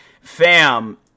fam